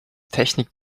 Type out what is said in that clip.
technik